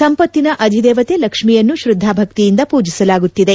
ಸಂಪತ್ತಿನ ಅಧಿದೇವತೆ ಲಕ್ಷ್ಮೀಯನ್ನು ಶ್ರದ್ಮಾಭಕ್ತಿಯಿಂದ ಪೂಜಿಸಲಾಗುತ್ತದೆ